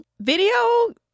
Video